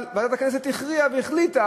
אבל ועדת הכנסת הכריעה והחליטה